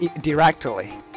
directly